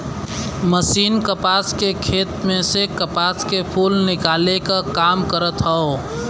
machine कपास के खेत में से कपास के फूल निकाले क काम करत हौ